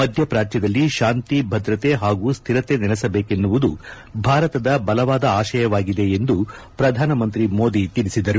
ಮಧ್ಯ ಪ್ರಾಚ್ಯದಲ್ಲಿ ಶಾಂತಿ ಭದ್ರತೆ ಹಾಗೂ ಸ್ವಿರತೆ ನೆಲೆಸಬೇಕೆನ್ನುವುದು ಭಾರತದ ಬಲವಾದ ಆಶಯವಾಗಿದೆ ಎಂದು ಪ್ರಧಾನಿ ಮೋದಿ ತಿಳಿಸಿದರು